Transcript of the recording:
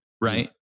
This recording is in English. right